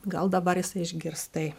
gal dabar jisai išgirs tai